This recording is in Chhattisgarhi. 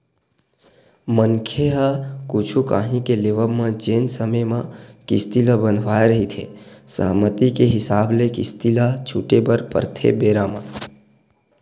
मनखे ह कुछु काही के लेवब म जेन समे म किस्ती ल बंधवाय रहिथे सहमति के हिसाब ले किस्ती ल छूटे बर परथे बेरा म